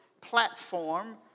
platform